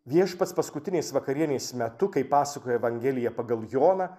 viešpats paskutinės vakarienės metu kaip pasakoja evangelija pagal joną